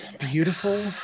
beautiful